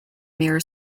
mir